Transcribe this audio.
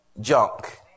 junk